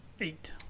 Eight